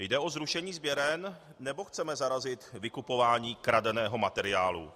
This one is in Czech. Jde o zrušení sběren, nebo chceme zarazit vykupování kradeného materiálu?